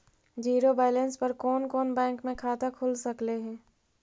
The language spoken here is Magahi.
जिरो बैलेंस पर कोन कोन बैंक में खाता खुल सकले हे?